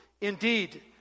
indeed